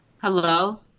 Hello